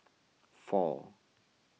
four